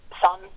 son